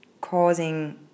causing